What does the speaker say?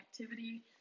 activity